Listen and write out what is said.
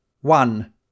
One